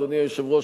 אדוני היושב-ראש,